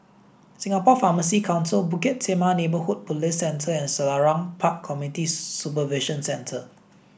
Singapore Pharmacy Council Bukit Timah Neighbourhood Police Centre and Selarang Park Community Supervision Centre